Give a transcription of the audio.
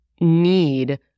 need